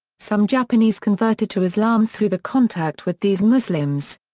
some japanese converted to islam through the contact with these muslims.